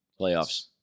playoffs